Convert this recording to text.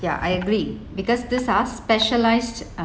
yeah I agree because these are specialized uh